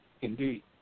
Indeed